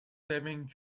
saving